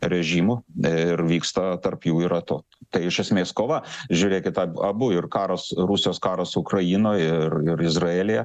režimų ir vyksta tarp jų yra to tai iš esmės kova žiūrėkit ab abu ir karas rusijos karas ukrainoj ir ir izraelyje